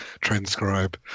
transcribe